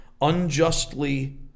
unjustly